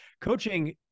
coaching